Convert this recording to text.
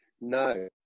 No